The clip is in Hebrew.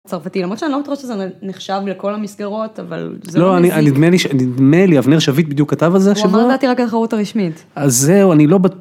צרפתי למרות שאני לא בטוחה שזה נחשב לכל המסגרות אבל זה לא נדמה לי שזה נדמה לי אבנר שביט בדיוק כתב על זה. הוא אמר לדעתי רק על התחרות הרשמית אז זהו אני לא.